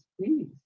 please